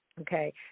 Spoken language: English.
Okay